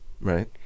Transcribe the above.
Right